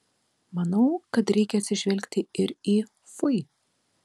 manau kad reikia atsižvelgti ir į fui